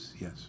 yes